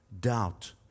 doubt